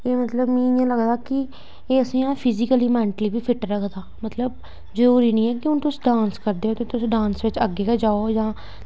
एह् मतलब मी इ'यां लगदा कि एह् असें ई फिजिकली मैंटली बी फिट रखदा मतलब जरूरी निं ऐ कि हून तुस डांस करदे ते तुस डांस बिच्च अग्गें गै जाओ जां